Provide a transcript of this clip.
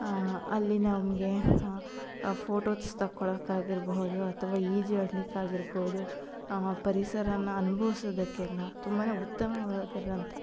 ಅಲ್ಲಿ ನಮಗೆ ಫೋಟೋಸ್ ತೆಕ್ಕೊಳಕ್ಕಾಗಿರ್ಬಹುದು ಅಥವಾ ಈಜಾಡ್ಲಿಕ್ಕೆ ಆಗಿರಬಹ್ದು ಪರಿಸರಾನ ಅನುಭವಿಸೋದಕ್ಕೆಲ್ಲ ತುಂಬ ಉತ್ತಮವಾಗಿರೋಂಥ